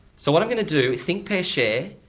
so what i'm going to do, think pair share,